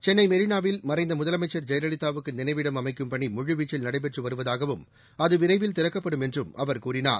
சென்னை மெரினாவில் மறைந்த முதலமைச்ச் ஜெயலலிதா வுக்கு நினைவிடம் அமைக்கும் பணி முழுவீச்சில் நடைபெற்று வருவதாகவும் அது விரைவில் திறக்கப்படும் என்றும் அவர் கூறினார்